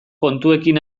kontuekin